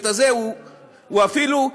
הוא אפילו,